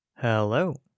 Hello